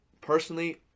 personally